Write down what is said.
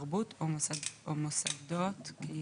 תרבות או מוסדות קהילתיים".